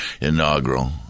inaugural